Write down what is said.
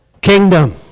Kingdom